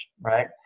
right